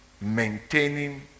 maintaining